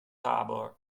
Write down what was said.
tabor